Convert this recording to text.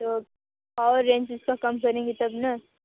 तो और रेंज इसका कम करेंगी तब ना